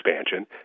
expansion